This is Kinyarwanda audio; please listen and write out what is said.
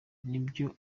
nibyo